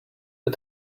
but